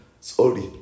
Sorry